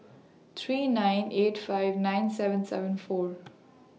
three nine eight five nine seven seven four